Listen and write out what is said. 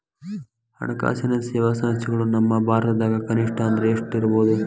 ಹಣ್ಕಾಸಿನ್ ಸೇವಾ ಸಂಸ್ಥೆಗಳು ನಮ್ಮ ಭಾರತದಾಗ ಕನಿಷ್ಠ ಅಂದ್ರ ಎಷ್ಟ್ ಇರ್ಬಹುದು?